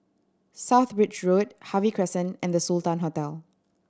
South Bridge Road Harvey Crescent and The Sultan Hotel